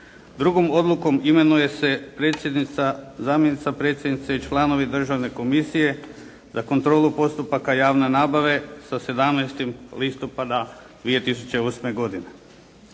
Drugom odlukom imenuje se predsjednica, zamjenica predsjednice i članovi državne komisije za kontrolu postupaka javne nabave sa 17. listopada 2008. godine.